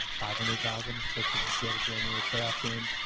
five hundred thousand, especially since we had a january playoff game.